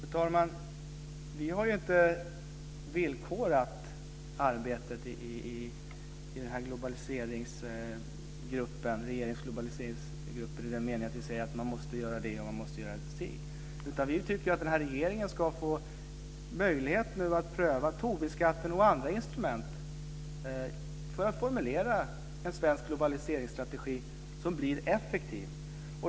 Fru talman! Vi har inte villkorat arbetet i regeringens globaliseringsgrupp i den meningen att vi säger att man måste göra si och man måste göra så. Vi tycker att regeringen ska få möjlighet att pröva Tobinskatten och andra instrument för att formulera en svensk globaliseringsstrategi som blir effektiv.